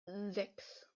sechs